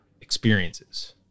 experiences